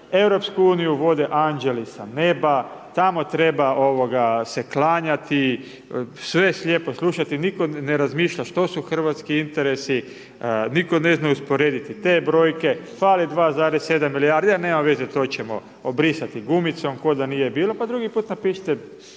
super, EU vode anđeli sa neba, tamo treba ovoga se klanjati sve slijepo slušati, nitko ne razmišlja što su hrvatski interesi, nitko ne zna usporediti te brojke, fale 2,7 milijardi a nema veze to ćemo obrisati gumicom ko da nije bilo. Pa drugi put napišite